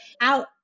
out